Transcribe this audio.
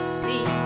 see